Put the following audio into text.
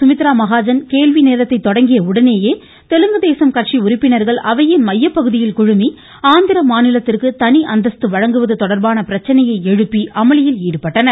சுமித்ராமகாஜன் கேள்விநேரத்தை உடனேயே தெலுங்கு தேசம் தொடங்கிய உறுப்பினர்கள் அவையின் மையப்பகுதியில் குழுமி ஆந்திர மாநிலத்திற்கு தனி அந்தஸ்து வழங்குவது தொடர்பான பிரச்சனையை எழுப்பி அமளியில் ஈடுபட்டனர்